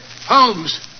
Holmes